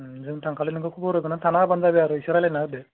जों थांखालि नोंखौ खबर होगोन आं नों थाना होबानो जाबाय आरो एसे रायलायना होदो